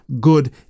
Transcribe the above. good